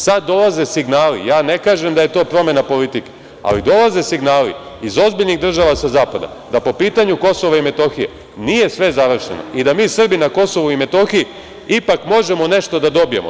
Sad dolaze signali, ja ne kažem da je to promena politike, ali dolaze signali iz ozbiljnih država sa zapada da, po pitanju Kosova i Metohije, nije sve završeno i da mi Srbi na Kosovu i Metohiji ipak možemo nešto da dobijemo.